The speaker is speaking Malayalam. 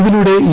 ഇതിലൂടെ ഇ